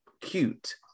Cute